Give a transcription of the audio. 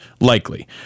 Likely